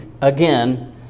again